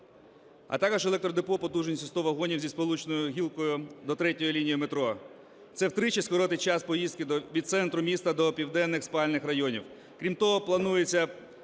а також електродепо потужністю в 100 вагонів зі сполучною гілкою до третьої лінії метро. Це втричі скоротить час поїздки від центру міста до південних спальних районів. Крім того, планується